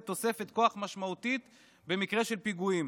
תוספת כוח משמעותית במקרה של פיגועים.